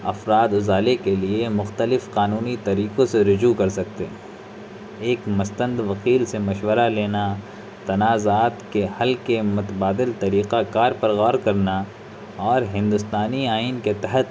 افراد ازالے کے لیے مختلف قانونی طریقوں سے رجوع کر سکتے ہیں ایک مستند وکیل سے مشورہ لینا تنازعات کے حل کے متبادل طریقہ کار پر غور کرنا اور ہندوستانی آئین کے تحت